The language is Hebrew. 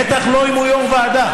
בטח לא אם הוא יו"ר ועדה.